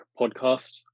podcast